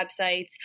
websites